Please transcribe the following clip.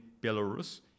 Belarus